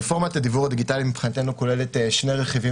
רפורמת הדיוור הדיגיטלי מבחינתנו כוללת שני רכיבים